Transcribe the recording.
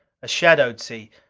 a shadowed sea,